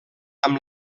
amb